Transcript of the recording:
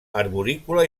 arborícola